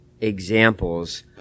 examples